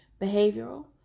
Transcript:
behavioral